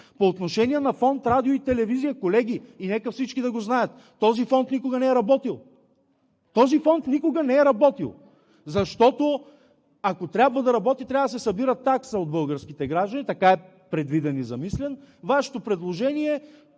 По отношение на фонд „Радио и телевизия“. Колеги, и нека всички да го знаят, този фонд никога не е работил! Този фонд никога не е работил! Защото, ако трябва да работи, трябва да се събира такса от българските граждани – така е предвиден и замислен. Вашето предложение